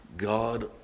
God